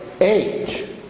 age